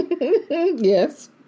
Yes